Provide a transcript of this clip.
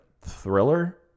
thriller